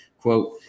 quote